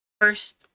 First